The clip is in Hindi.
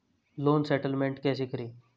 लोन सेटलमेंट कैसे करें?